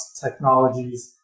technologies